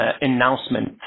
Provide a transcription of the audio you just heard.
announcement